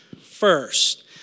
first